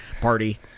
party